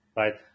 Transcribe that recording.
right